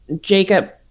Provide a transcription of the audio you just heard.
Jacob